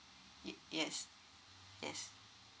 y~ yes yes